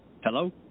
Hello